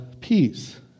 peace